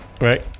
Right